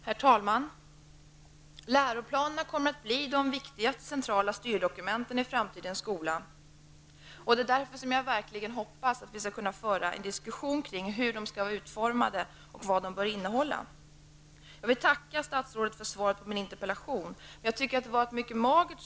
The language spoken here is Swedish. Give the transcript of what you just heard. Herr talman! Läroplanerna kommer att bli de viktigaste centrala styrdokumenten i framtidens skola. Därför hoppas jag verkligen att vi skall kunna föra en diskussion kring hur de skall vara utformade och vad de bör innehålla. Jag vill tacka statsrådet för svaret på min interpellation, men jag tycker att svaret var mycket magert.